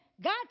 God